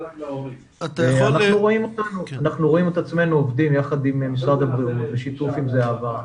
אנחנו רואים את עצמנו עובדים יחד עם משרד הבריאות בשיתוף עם זהבה,